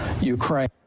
Ukraine